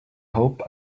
hope